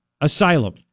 asylum